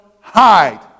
hide